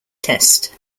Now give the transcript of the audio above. test